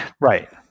right